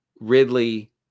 Ridley